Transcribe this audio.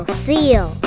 seal